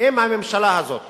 אם הממשלה הזאת